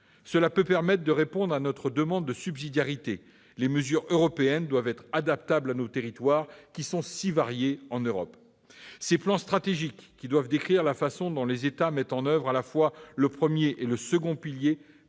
Cela peut permettre de répondre à notre demande de subsidiarité : les mesures européennes doivent pouvoir s'adapter à nos territoires, si variés en Europe. Ces plans stratégiques, qui doivent décrire la façon dont les États mettent en oeuvre à la fois le premier et le second pilier,